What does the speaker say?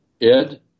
ed